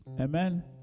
Amen